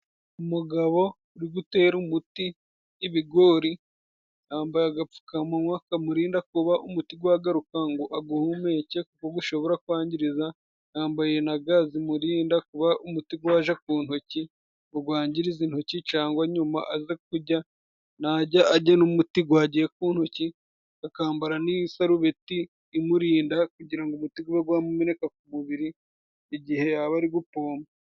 Umugabo uri gutera umuti ibigori，yambaye agapfukamunwa kamurinda kuba umuti gwagaruka ngo aguhumeke，kuko gushobora kwangiriza，yambaye na ga zimurinda kuba umuti gwaja ku ntoki，ngo gwangirize intoki cangwa nyuma aze kurya， narya arye n’umuti，gwagiye ku ntoki，akambara n'isarubeti imurinda kugira ngo umuti gube gwamumeneka ku mubiri，igihe yaba ari gupompa.